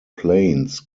plains